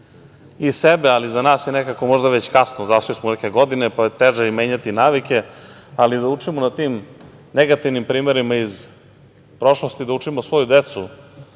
i sebe, ali za nas je nekako možda već kasno, zašli smo u neke godine, pa je teže menjati navike, ali da učimo na tim negativnim primerima iz prošlosti, da učimo svoju decu